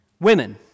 Women